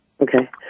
Okay